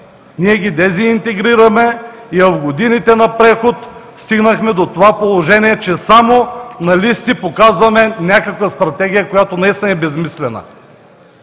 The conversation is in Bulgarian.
Ние ги дезинтегрираме и в годините на преход стигнахме до това положение, че само на листи показваме някаква Стратегия, която наистина е безсмислена.